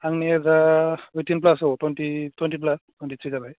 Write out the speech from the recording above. आंनि एजा ओइथिन फ्लास औ थुइन्टि फलास थुइन्टिथ्रि जाबाय